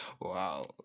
Wow